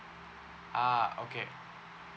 ah okay